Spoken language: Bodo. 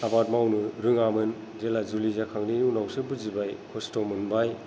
आबाद मावनो रोङामोन जेब्ला जुलि जाखांनायनि उनावसो बुजिबाय खस्थ' मोनबाय